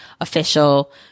official